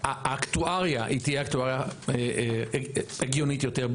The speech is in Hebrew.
האקטואריה היא תהיה אקטואריה הגיונית יותר,